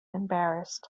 embarrassed